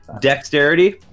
dexterity